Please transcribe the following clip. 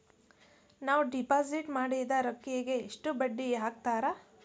ನಾವು ಡಿಪಾಸಿಟ್ ಮಾಡಿದ ರೊಕ್ಕಿಗೆ ಎಷ್ಟು ಬಡ್ಡಿ ಹಾಕ್ತಾರಾ?